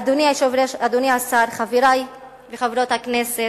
אדוני היושב-ראש, אדוני השר, חברי וחברות הכנסת,